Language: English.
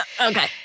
Okay